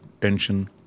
tension